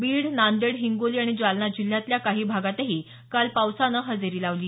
बीड नांदेड हिंगोली आणि जालना जिल्ह्यातल्या काही भागातही काल पावसानं हजेरी लावली